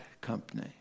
company